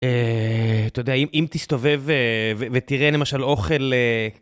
אתה יודע, אם תסתובב ותראה למשל אוכל...